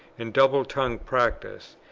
and double-tongued practice,